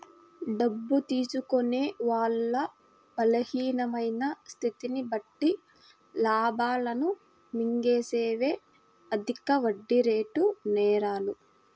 డబ్బు తీసుకునే వాళ్ళ బలహీనమైన స్థితిని బట్టి లాభాలను మింగేసేవే అధిక వడ్డీరేటు నేరాలు